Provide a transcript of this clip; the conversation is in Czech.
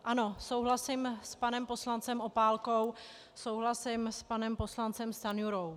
Ano, souhlasím s panem poslancem Opálkou, souhlasím s panem poslancem Stanjurou.